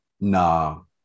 No